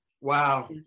Wow